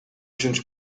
wziąć